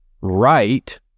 right